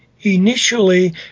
initially